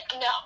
no